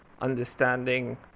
understanding